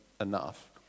enough